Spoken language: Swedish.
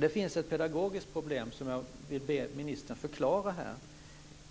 Det finns ett pedagogiskt problem som jag vill be ministern förklara.